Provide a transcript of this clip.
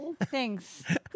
Thanks